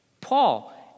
Paul